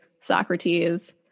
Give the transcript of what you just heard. Socrates